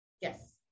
Yes